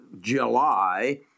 July